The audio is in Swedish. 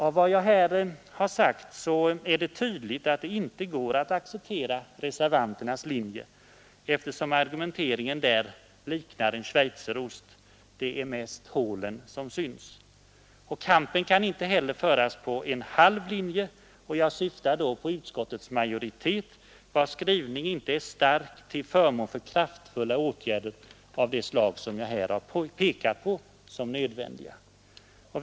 Av vad jag här har sagt är det tydligt att det inte går att acceptera reservanternas linje, eftersom argumenteringen där liknar en schweizerost — det är mest hålen som syns. Kampen kan inte heller föras på en halv linje, och jag syftar då på utskottsmajoriteten. Dess skrivning är inte stark till förmån för kraftfulla åtgärder av det slag som jag här har pekat på som nödvändiga.